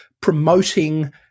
promoting